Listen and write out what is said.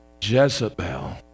jezebel